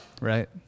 right